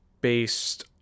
based